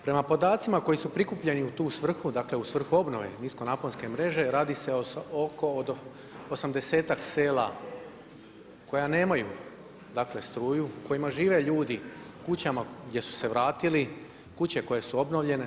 Prema podacima koji su prikupljeni u tu svrhu, dakle u svrhu obnove niskonaponske mreže radi se od oko osamdesetak sela koja nemaju, dakle struju, u kojima žive ljudi u kućama gdje su se vratili, kuće koje su obnovljene.